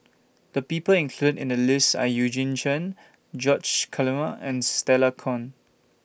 The People included in The list Are Eugene Chen George Collyer and Stella Kon